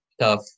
tough